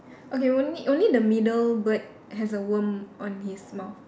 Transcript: okay only only the middle bird has a worm on his mouth